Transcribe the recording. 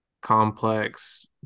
complex